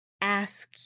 ask